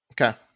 Okay